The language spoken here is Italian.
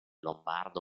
lombardo